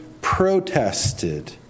protested